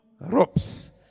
ropes